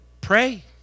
pray